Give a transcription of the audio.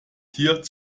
hier